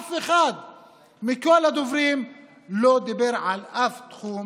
ואף אחד מכל הדוברים לא דיבר על אף תחום